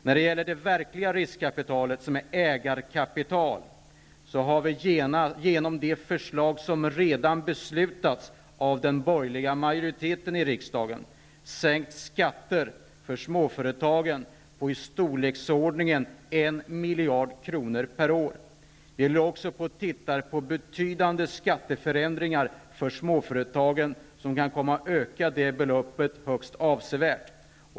När det gäller riskkapitalet i form av ägarkapital har vi, genom beslut som redan har fattats av den borgerliga majoriteten i riksdagen, sänkt skatter för småföretagen med i storleksordningen 1 miljard kronor per år. Vi håller också på att studera betydande skatteförändringar för småföretagen, som kan komma att öka på det beloppet avsevärt.